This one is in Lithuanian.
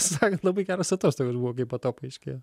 sako labai geros atostogos buvo kai po to paaiškėjo